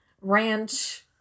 Ranch